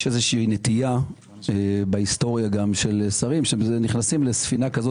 ויש נטייה בהיסטוריה של שרים שכשנכנסים לספינה כזו